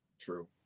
True